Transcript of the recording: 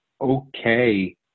okay